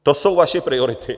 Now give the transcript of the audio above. To jsou vaše priority.